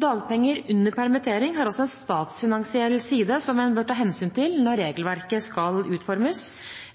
Dagpenger under permittering har også en statsfinansiell side som en bør ta hensyn til når regelverket skal utformes.